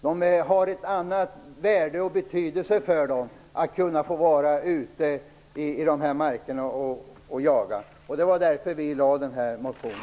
Det har ett annat värde för dem att få vara ute i markerna och jaga. Därför lade vi denna motion.